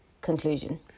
conclusion